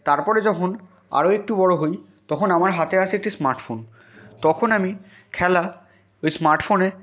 তারপরে যখন আরও একটু বড় হই তখন আমার হাতে আসে একটি স্মার্টফোন তখন আমি খেলা ওই স্মার্টফোনে